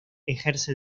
ejerce